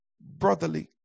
brotherly